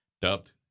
dubbed